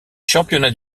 championnats